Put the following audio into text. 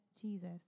jesus